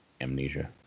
amnesia